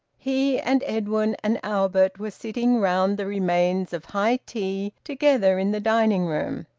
he and edwin and albert were sitting round the remains of high tea together in the dining-room.